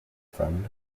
friend